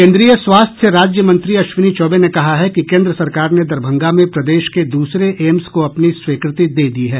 केन्द्रीय स्वास्थ्य राज्यमंत्री अश्विनी चौबे ने कहा है कि केन्द्र सरकार ने दरभंगा में प्रदेश के दूसरे एम्स को अपनी स्वीकृति दे दी है